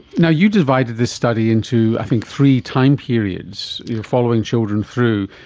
you know you divided this study into i think three time periods, following children through,